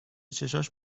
چشاش